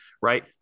Right